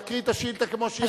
להקריא את השאילתא כמו שהיא.